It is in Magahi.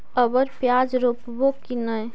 अबर प्याज रोप्बो की नय?